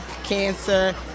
cancer